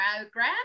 program